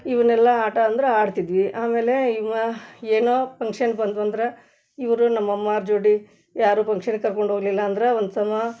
ಇವನ್ನೆಲ್ಲ ಆಟ ಅಂದ್ರೆ ಆಡ್ತಿದ್ವಿ ಆಮೇಲೆ ಇವು ಏನೋ ಫಂಕ್ಷನ್ ಬಂದವು ಅಂದ್ರೆ ಇವರು ನಮ್ಮ ಅಮ್ಮಾರ ಜೋಡಿ ಯಾರೂ ಫಂಕ್ಷನ್ಗೆ ಕರ್ಕೊಂಡು ಹೋಗ್ಲಿಲ್ಲ ಅಂದ್ರೆ ಒಂದು ಸಮ